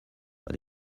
but